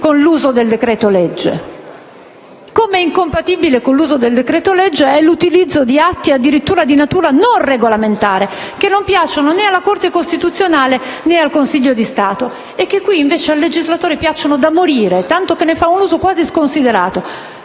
con l'uso del decreto-legge. Come incompatibile con l'uso del decreto-legge è l'utilizzo addirittura di atti di natura non regolamentare, che non piacciono né alla Corte costituzionale né al Consiglio di Stato e che, invece, al legislatore piacciono da morire, tanto che ne fa un uso quasi sconsiderato.